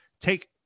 take